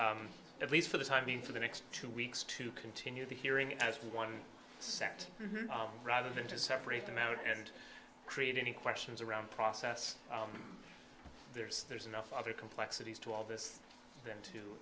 the at least for the timing for the next two weeks to continue the hearing as we want to set rather than to separate them out and create any questions around process there's there's enough other complexities to all this then to